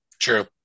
True